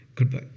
Goodbye